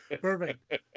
perfect